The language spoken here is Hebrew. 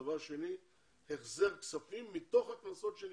הנושא הבא הוא החזר כספים למתלוננים מתוך הקנסות שנגבים.